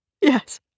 Yes